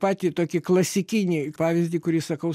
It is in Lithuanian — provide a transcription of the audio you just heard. patį tokį klasikinį pavyzdį kurį sakau